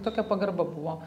tokia pagarba buvo